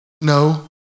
No